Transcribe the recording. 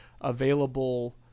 available